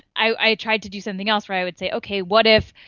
i i tried to do something else where i would say, okay, what if,